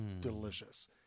delicious